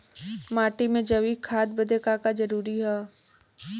माटी में जैविक खाद बदे का का जरूरी ह?